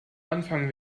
anfang